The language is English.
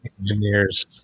engineers